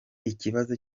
ikibazo